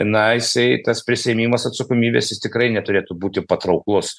na jisai tas prisiėmimas atsakomybės jis tikrai neturėtų būti patrauklus